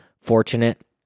fortunate